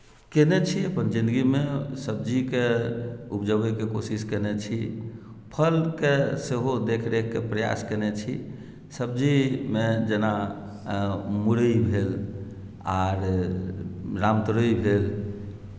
कयने छी अपन जिन्दगीमे सब्जीकेँ उपजबयके कोशिश कयने छी फलके सेहो देख रेखके प्रयास कयने छी सब्जीमे जेना मुरइ भेल आओर रामतोरइ भेल